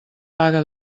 vaga